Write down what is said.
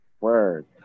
Word